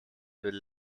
will